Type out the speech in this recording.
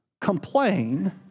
complain